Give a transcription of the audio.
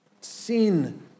Sin